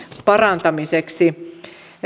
parantamiseksi